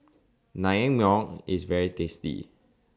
Naengmyeon IS very tasty